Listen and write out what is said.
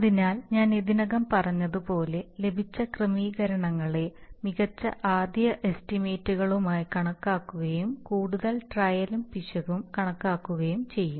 അതിനാൽ ഞാൻ ഇതിനകം പറഞ്ഞതുപോലെ ലഭിച്ച ക്രമീകരണങ്ങളെ മികച്ച ആദ്യ എസ്റ്റിമേറ്റുകളായി കണക്കാക്കുകയും കൂടുതൽ ട്രയലും പിശകും കണക്കാക്കുകയും ചെയ്യും